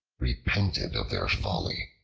repented of their folly.